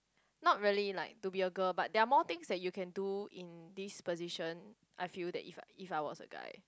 not really like to be a girl but there are more things that you can do in this position I feel that if if I was a guy